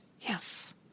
Yes